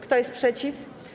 Kto jest przeciw?